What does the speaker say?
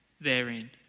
therein